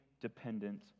dependent